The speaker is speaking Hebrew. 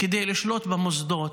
כדי לשלוט במוסדות,